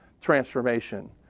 transformation